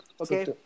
okay